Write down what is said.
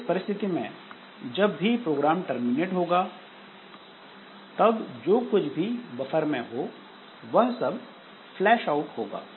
इस परिस्थिति में जब भी प्रोग्राम टर्मिनेट होगा तब जो कुछ भी बफर में हो वह सब फ्लैश आउट होगा